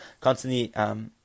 constantly